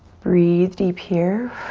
breathe deep here.